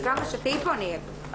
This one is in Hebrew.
כמה שתהיי פה אני אהיה פה.